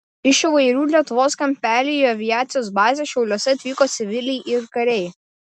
iš įvairių lietuvos kampelių į aviacijos bazę šiauliuose atvyko civiliai ir kariai